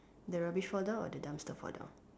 the rubbish fall down or the dumpster fall down